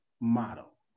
model